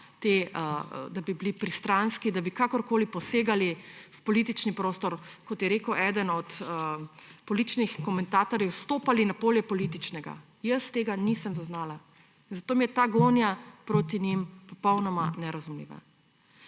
da bi bili pristranski, da bi kakorkoli posegali v politični prostor, kot je rekel eden od političnih komentatorjev, stopali na polje političnega. Jaz tega nisem zaznala. Zato mi je ta gonja proti njim popolnoma nerazumljiva.